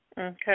Okay